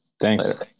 Thanks